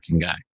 guy